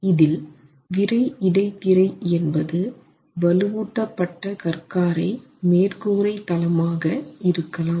இதில் விறை இடைத்திரை என்பது வலுவூட்டப்பட்ட கற்காரை மேற்கூரை தளமாக இருக்கலாம்